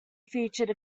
featured